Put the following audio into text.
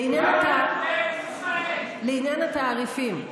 למה אנחנו בארץ ישראל, לעניין התעריפים,